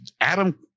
Adam –